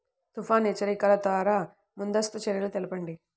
తుఫాను హెచ్చరికల ద్వార ముందస్తు చర్యలు తెలపండి?